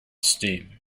steam